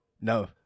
No